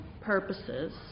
purposes